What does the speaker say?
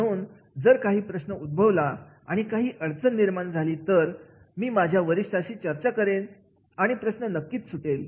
म्हणून जर काही प्रश्न उद्भवला काही अडचण निर्माण झाली तर मी माझ्या वरिष्ठांशी चर्चा करेन आणि प्रश्न नक्कीच सुटेल